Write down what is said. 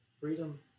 Freedom